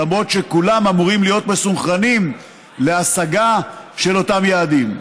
למרות שכולם אמורים להילת מסונכרנים להשגה של אותם יעדים.